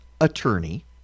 attorney